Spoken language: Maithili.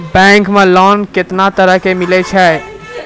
बैंक मे लोन कैतना तरह के मिलै छै?